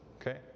okay